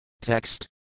Text